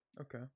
Okay